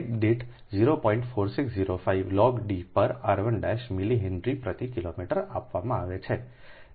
4605 log d પર r 1 millihenry પ્રતિ kilometre આપવામાં આવે છે